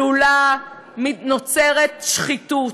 עלולה, נוצרת שחיתות.